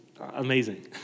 amazing